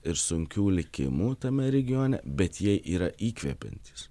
ir sunkių likimų tame regione bet jei yra įkvepiantys